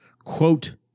Quote